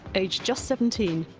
aged just seventeen,